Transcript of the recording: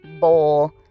bowl